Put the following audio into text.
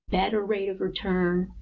better rate of return.